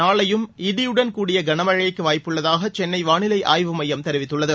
நாளையும் இடியுடன் கூடிய கனமழைக்கு வாய்ப்புள்ளதாக சென்னை வானிலை ஆய்வு மையம் தெரிவித்துள்ளது